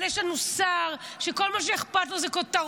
אבל יש לנו שר שכל מה שאכפת לו זה כותרות